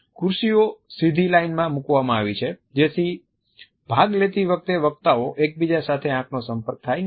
પરંતુ ખુરશીઓ સીધી લાઈન માં મૂકવામાં આવી છે જેથી ભાગ લેતી વખતે વક્તાઓનો એકબીજા સાથે આંખનો સંપર્ક થાય નહીં